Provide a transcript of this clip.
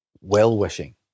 well-wishing